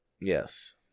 Yes